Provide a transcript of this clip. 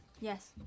Yes